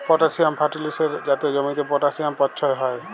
potassium ফার্টিলিসের যাতে জমিতে পটাসিয়াম পচ্ছয় হ্যয়